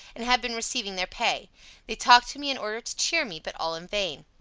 and had been receiving their pay they talked to me in order to cheer me, but all in vain.